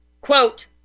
Quote